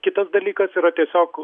kitas dalykas yra tiesiog